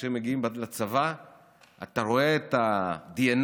וכשהם מגיעים לצבא אתה רואה את הדנ"א